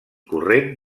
corrent